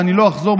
ואני לא אחזור,